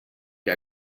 que